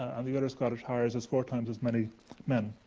and the other scottish hires has four times as many men.